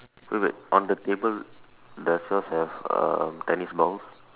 wait wait on the table does yours have um tennis ball